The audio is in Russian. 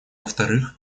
вторых